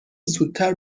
زودتر